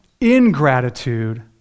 ingratitude